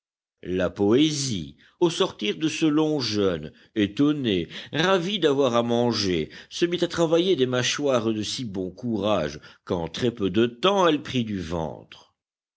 la poésie au sortir de ce long jeûne étonnée ravie d'avoir à manger se mit à travailler des mâchoires de si bon courage qu'en très-peu de temps elle prit du ventre